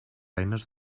eines